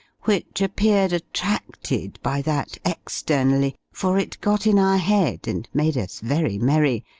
which appeared attracted by that externally, for it got in our head and made us very merry,